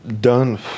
done